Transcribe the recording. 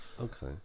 Okay